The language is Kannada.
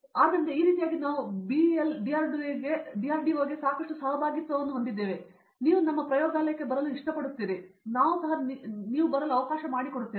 ಆದ್ದರಿಂದ ಈ ರೀತಿಯಾಗಿ ನಾವು BEL DRDO ಗೆ ಸಾಕಷ್ಟು ಸಹಭಾಗಿತ್ವವನ್ನು ಹೊಂದಿದ್ದೇವೆ ಮತ್ತು ನೀವು ನಮ್ಮ ಪ್ರಯೋಗಾಲಯಕ್ಕೆ ಬರಲು ಇಷ್ಟಪಡುತ್ತೀರಿ ಮತ್ತು ನಾವು ಸಹ ನೀವು ಬರಲು ಅವಕಾಶ ಮಾಡಿಕೊಡುತ್ತೇವೆ